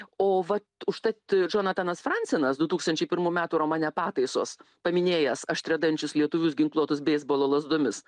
o vat užtat džonatanas francenas du tūkstančiai pirmų metų romane pataisos paminėjęs aštriadančius lietuvius ginkluotus beisbolo lazdomis